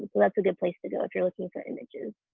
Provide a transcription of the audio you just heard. that's a good place to go if you're looking for images.